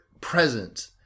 present